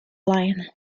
lion